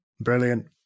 Brilliant